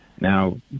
Now